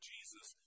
Jesus